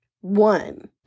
One